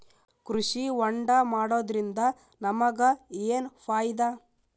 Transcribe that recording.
ಕೃಷಿ ಹೋಂಡಾ ಮಾಡೋದ್ರಿಂದ ನಮಗ ಏನ್ ಫಾಯಿದಾ?